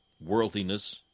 worldliness